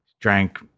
drank